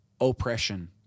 oppression